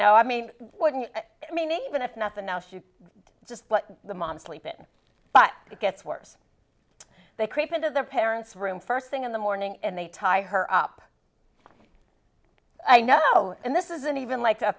know i mean wouldn't it i mean even if nothing else you just let the mom sleep in but it gets worse they creep into their parents room first thing in the morning and they tie her up i know and this isn't even like a